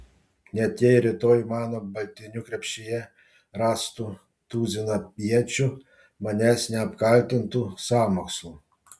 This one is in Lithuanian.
net jei rytoj mano baltinių krepšyje rastų tuziną iečių manęs neapkaltintų sąmokslu